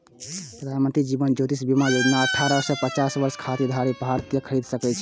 प्रधानमंत्री जीवन ज्योति बीमा योजना अठारह सं पचास वर्षक खाताधारी भारतीय खरीद सकैए